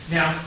Now